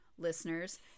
listeners